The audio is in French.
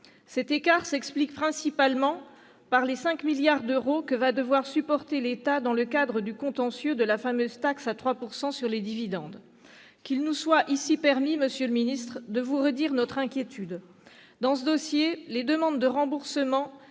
Cet écart s'explique principalement par les 5 milliards d'euros que va devoir supporter l'État dans le cadre du contentieux de la fameuse taxe à 3 % sur les dividendes. Monsieur le secrétaire d'État, qu'il nous soit permis ici de vous redire notre inquiétude. Dans ce dossier, les demandes de remboursements